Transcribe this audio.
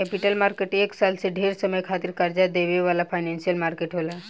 capital market एक साल से ढेर समय खातिर कर्जा देवे वाला फाइनेंशियल मार्केट होला